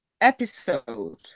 episode